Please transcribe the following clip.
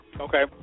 Okay